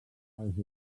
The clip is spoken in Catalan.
els